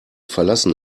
verlassen